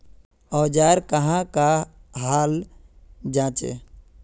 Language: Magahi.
औजार कहाँ का हाल जांचें?